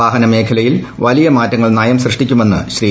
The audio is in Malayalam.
വാഹന മേഖലയിൽ വലിയ മാറ്റങ്ങൾ നയം സൃഷ്ടിക്കുമെന്ന് ശ്രീ